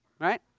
right